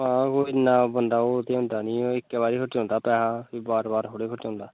हां कोई इन्ना बंदा ओह् ते होंदा नेईं ऐ इक्कै बारी खर्चोंदा पैसा कोई बार बार थोह्ड़े खर्चोंदा